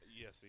Yes